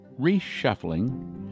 reshuffling